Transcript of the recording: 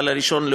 לסל הראשון,